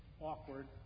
awkward